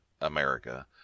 America